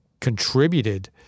contributed